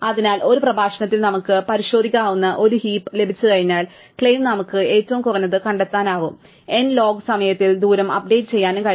അതിനാൽ ഒരു പ്രഭാഷണത്തിൽ നമുക്ക് പരിശോധിക്കാവുന്ന ഒരു ഹീപ്പ് ലഭിച്ചുകഴിഞ്ഞാൽ ക്ലെയിം നമുക്ക് ഏറ്റവും കുറഞ്ഞത് കണ്ടെത്താനും n ലോഗ് സമയത്തിൽ ദൂരം അപ്ഡേറ്റ് ചെയ്യാനും കഴിയും